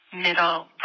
middle